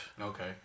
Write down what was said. Okay